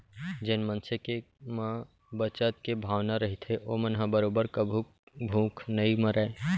जेन मनसे के म बचत के भावना रहिथे ओमन ह बरोबर कभू भूख नइ मरय